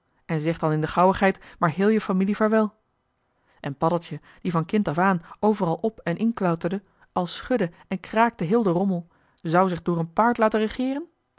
en zeg dan in de gauwigheid maar heel je familie vaarwel en paddeltje die van kind af aan overal op en inklauterde al schudde en kraakte heel de rommel zou zich door een paard laten regeeren